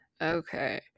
okay